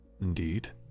Indeed